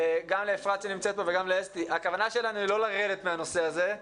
גם לאפרת שנמצאת פה וגם לאסתי: הכוונה שלנו היא לא לרדת מהנושא הזה,